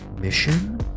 mission